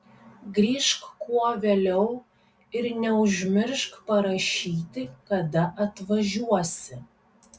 grįžk kuo vėliau ir neužmiršk parašyti kada atvažiuosi